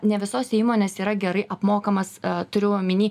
ne visose įmonėse yra gerai apmokamas turiu omeny